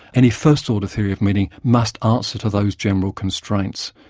any first-order theory of meaning must answer to those general constraints.